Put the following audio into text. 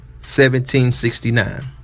1769